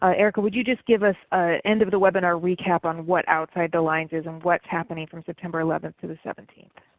ah erica would you just give an ah end of the webinar recap on what outside the lines is and what is happening from september eleven through the seventeenth?